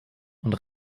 und